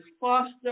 foster